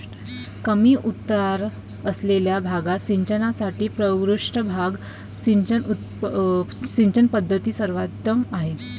कमी उतार असलेल्या भागात सिंचनासाठी पृष्ठभाग सिंचन पद्धत सर्वोत्तम आहे